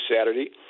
Saturday